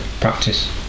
practice